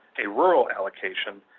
a rural allocation,